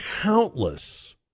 countless